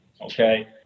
Okay